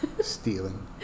Stealing